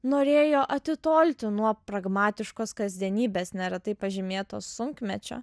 norėjo atitolti nuo pragmatiškos kasdienybės neretai pažymėtos sunkmečio